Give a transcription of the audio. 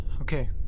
Okay